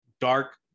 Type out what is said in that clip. Dark